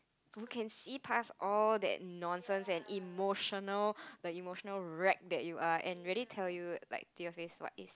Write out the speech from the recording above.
you can see past all that nonsense and emotional like emotional wreck that you are and really tell you like your face is what is